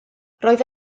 roedd